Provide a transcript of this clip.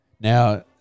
Now